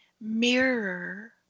mirror